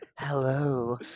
Hello